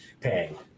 paying